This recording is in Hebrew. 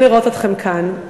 אנחנו שמחים לראות אתכם כאן.